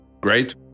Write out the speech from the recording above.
great